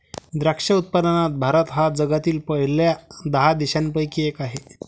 द्राक्ष उत्पादनात भारत हा जगातील पहिल्या दहा देशांपैकी एक आहे